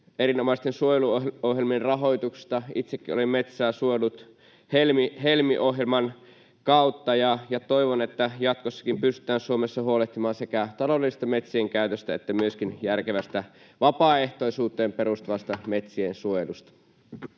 erinomaisten suojeluohjelmien rahoituksesta. Itsekin olen metsää suojellut Helmi-ohjelman kautta. Toivon, että jatkossakin pystytään Suomessa huolehtimaan sekä taloudellisesta metsien käytöstä että myöskin järkevästä vapaaehtoisuuteen perustuvasta metsien suojelusta.